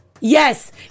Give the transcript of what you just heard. Yes